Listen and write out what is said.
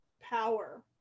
power